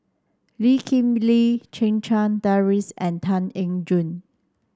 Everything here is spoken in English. Lee Kip Lee Checha Davies and Tan Eng Joo